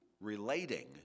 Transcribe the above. relating